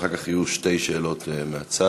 אחר כך יהיו שתי שאלות מהצד.